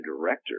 director